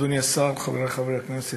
אדוני השר, חברי חברי הכנסת,